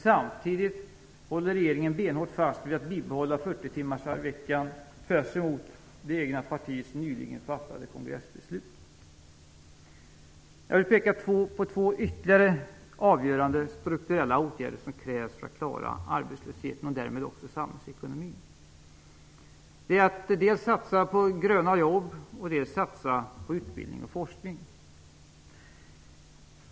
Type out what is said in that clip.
Samtidigt håller regeringen benhårt fast vid att behålla 40-timmarsveckan, tvärtemot det egna partiets nyligen fattade kongressbeslut. Jag vill peka på två ytterligare avgörande strukturella åtgärder som krävs för att klara arbetslösheten och därmed också samhällsekonomin. De är att dels satsa på gröna jobb, dels satsa på utbildning och forskning.